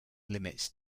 limits